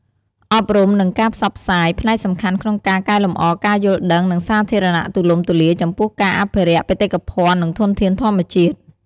អប់រំ និងការផ្សព្វផ្សាយ ផ្នែកសំខាន់ក្នុងការកែលម្អការយល់ដឹង និងសាធារណៈទូលំទូលាយចំពោះការអភិរក្សបេតិកភណ្ឌ និងធនធានធម្មជាតិ។